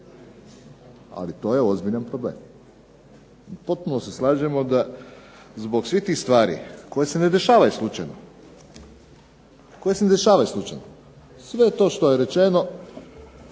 ali to je ozbiljan problem. Potpuno se slažemo zbog svih tih stvari koje se ne dešavaju slučajno. Sve to što je rečeno